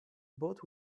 boat